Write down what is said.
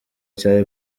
cya